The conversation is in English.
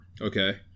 Okay